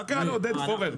מה קרה לעודד פורר,